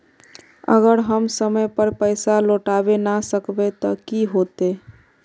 अगर हम समय पर पैसा लौटावे ना सकबे ते की होते?